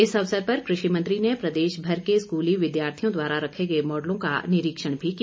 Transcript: इस अवसर पर कृषि मंत्री ने प्रदेशभर के स्कूली विद्यार्थियों द्वारा रखे गए मॉडलों का निरीक्षण भी किया